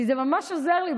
כי זה ממש עזר לי,